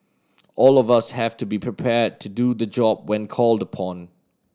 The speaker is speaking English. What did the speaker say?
all of us have to be prepared to do the job when called upon